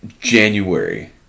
January